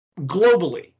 globally